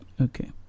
okay